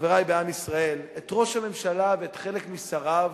חברי בעם ישראל, את ראש הממשלה ואת חלק משריו